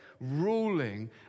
ruling